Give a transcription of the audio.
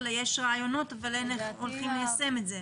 יש רעיונות, אבל איך הולכים ליישם אותם?